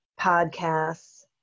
podcasts